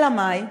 אלא מאי?